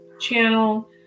channel